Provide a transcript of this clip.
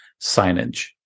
signage